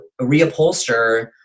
reupholster